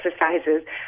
exercises